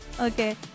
Okay